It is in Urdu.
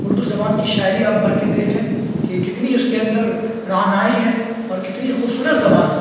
اردو زبان کی شاعری آپ پڑھ کے دیکھ لیں کہ کتنی اس کے اندر رعنائی ہے اور کتنی خوبصورت زبان ہے